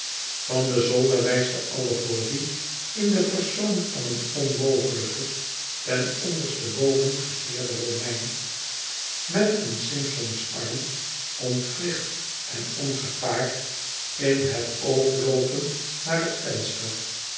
van den zolder wijst de allegorie in den persoon van een onmogelijken ten onderste boven gekeerden romein met een simsons arm ontwricht en ongepaard in het oogloopend naar het venster